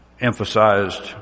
emphasized